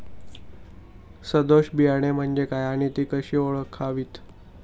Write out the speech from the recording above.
सदोष बियाणे म्हणजे काय आणि ती कशी ओळखावीत?